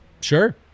Sure